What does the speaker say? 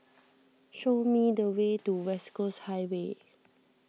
show me the way to West Coast Highway